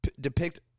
depict